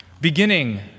Beginning